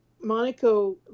monaco